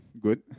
good